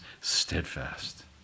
steadfast